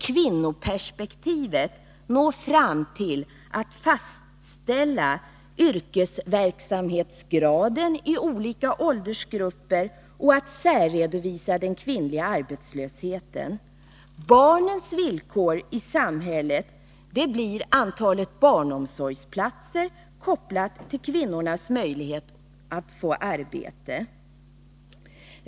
Kvinnoperspektivet når bara fram till att fastställa yrkesverksamhetsgraden i olika åldersgrupper och till att särredovisa den kvinnliga arbetslösheten. Barnens villkor i samhället reduceras till antalet barnomsorgsplatser, kopplat till kvinnornas möjlighet att få arbete.